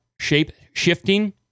shape-shifting